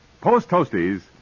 post-toasties